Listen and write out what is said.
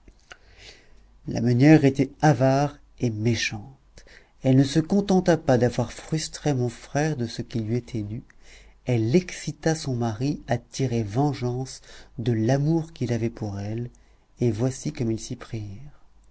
la meunière était avare et méchante elle ne se contenta pas d'avoir frustré mon frère de ce qui lui était dû elle excita son mari à tirer vengeance de l'amour qu'il avait pour elle et voici comme ils s'y prirent